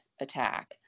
attack